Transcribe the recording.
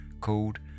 called